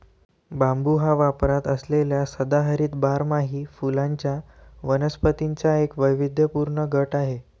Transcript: बांबू हा वापरात असलेल्या सदाहरित बारमाही फुलांच्या वनस्पतींचा एक वैविध्यपूर्ण गट आहे